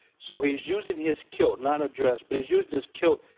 so he's using his kilt, not a dress. but he's using his kilt.